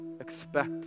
expect